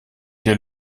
dir